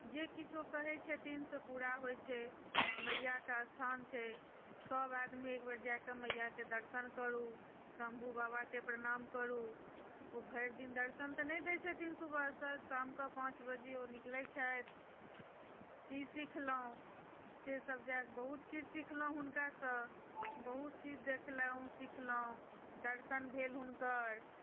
जे किछो कहैत छथिन से पूरा होइत छै मैयाके स्थान छै सभ आदमी एक बेर जा कऽ मैयाके दर्शन करू शम्भू बाबाके प्रणाम करू ओ भरि दिन दर्शन तऽ नहि दैत छथिन सुबहसँ शामके पाँच बजे ओ निकलैत छथि की सिखलहुँ से सभ जा कऽ बहुत किछु सिखलहुँ हुनकासँ बहुत चीज देखलहुँ सीखलहुँ दर्शन भेल हुनकर